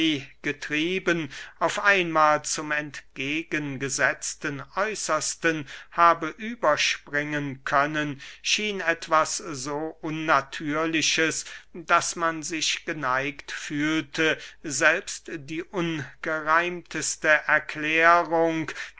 getrieben auf einmahl zum entgegen gesetzten äußersten habe überspringen können schien etwas so unnatürliches daß man sich geneigt fühlte selbst die ungereimteste erklärung